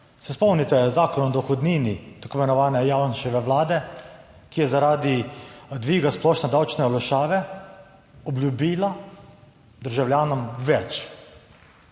Se spomnite Zakona o dohodnini tako imenovane Janševe vlade, ki je zaradi dviga splošne davčne olajšave obljubila državljanom več.